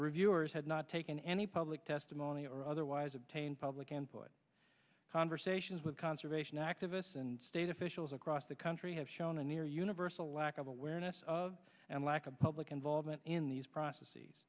reviewers had not taken any public testimony or otherwise obtained public and put conversations with conservation activists and state officials across the country have shown a near universal lack of awareness of and lack of public involvement in these prophecies